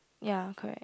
ya correct